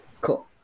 Cool